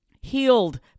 Healed